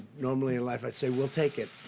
normally in life i'd say, we'll take it,